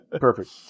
Perfect